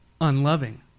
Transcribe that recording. unloving